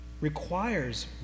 requires